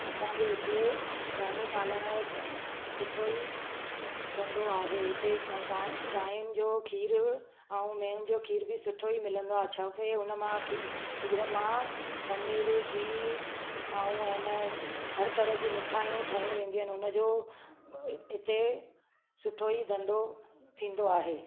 असांजे हिते गांहिंयूं पालण यो सुठो ई धंधो आहे हुते गा गांहियुनि जो खीर ऐं मेंहिंयुनि जो खीर बि सुठो ई मिलंदो आहे छोकी उन मां खीर खीर मां पनीर गिहु ऐं ऐं न हर तरह जूं मिठाइयूं ठाहियूं वेंदियूं आहिनि उन जो हिते सुठो ई धंधो थींदो आहे